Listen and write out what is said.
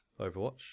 Overwatch